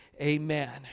Amen